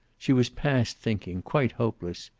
she was past thinking, quite hopeless.